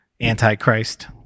Antichrist